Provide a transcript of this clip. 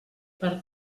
per